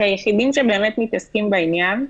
שהיחידים שבאמת מתעסקים בעניין,